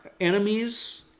enemies